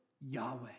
Yahweh